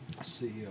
see